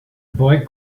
boy